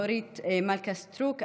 אורית מלכה סטרוק,